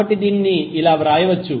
కాబట్టి దీనిని ఇలా వ్రాయవచ్చు